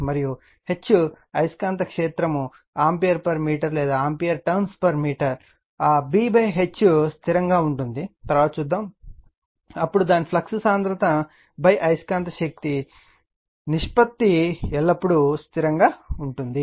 మరియు H అయస్కాంత క్షేత్రం ఆంపియర్ మీటర్ లేదా ఆంపియర్ టర్న్స్ మీటర్ ఆ B H స్థిరంగా ఉంటుంది తరువాత చూద్దాం అప్పుడు దాని ఫ్లక్స్ సాంద్రత అయస్కాంత శక్తి నిష్పత్తి ఎల్లప్పుడూ స్థిరంగా ఉంటుంది